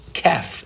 calf